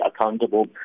accountable